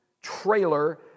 trailer